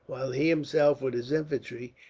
while he himself, with his infantry,